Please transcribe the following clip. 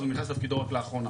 אז הוא נכנס לתפקידו רק לאחרונה.